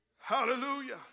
Hallelujah